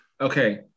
Okay